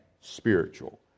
spiritual